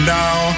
now